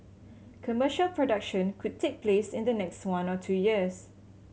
commercial production could take place in the next one or to two years